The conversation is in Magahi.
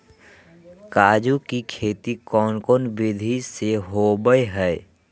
काजू के खेती कौन कौन विधि से होबो हय?